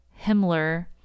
Himmler